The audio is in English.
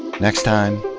next time.